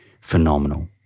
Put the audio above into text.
phenomenal